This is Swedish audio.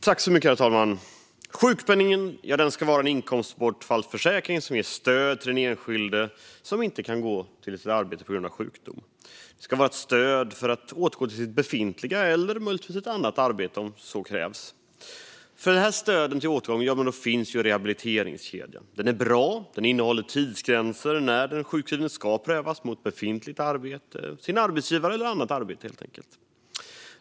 Herr talman! Sjukpenningen ska vara en inkomstbortfallsförsäkring som ger stöd till den enskilde som på grund av sjukdom inte kan gå till sitt arbete. Den ska vara ett stöd för att man ska kunna återgå till sitt befintliga arbete eller möjligtvis ett annat arbete om så krävs. För stöd till återgång finns rehabiliteringskedjan. Den är bra. Den innehåller tidsgränser för när en sjukskriven ska prövas mot befintligt arbete, sin arbetsgivare eller annat arbete.